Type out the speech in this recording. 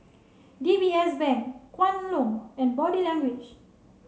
D B S Bank Kwan Loong and Body Language